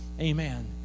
amen